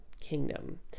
kingdom